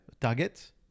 target